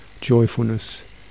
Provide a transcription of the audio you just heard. joyfulness